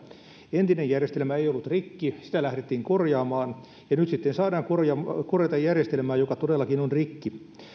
entinen järjestelmä ei ollut rikki sitä lähdettiin korjaamaan ja nyt sitten saadaan korjata korjata järjestelmää joka todellakin on rikki